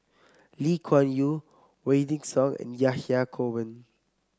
Lee Kuan Yew Wykidd Song and Yahya Cohen